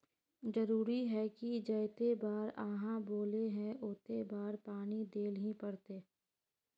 जरूरी है की जयते बार आहाँ बोले है होते बार पानी देल ही पड़ते?